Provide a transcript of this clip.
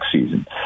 season